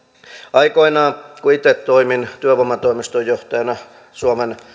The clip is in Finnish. aikoinaan kun itse toimin työvoimatoimiston johtajana suomen